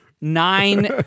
Nine